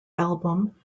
album